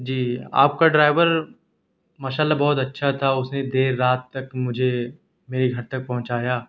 جی آپ کا ڈرائیور ماشاء اللّہ بہت اچّھا تھا اس نے دیر رات تک مجھے میرے گھر تک پہنچایا